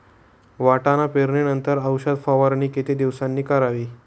वाटाणा पेरणी नंतर औषध फवारणी किती दिवसांनी करावी?